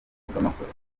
bw’amafoto